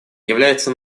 является